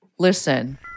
Listen